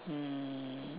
mm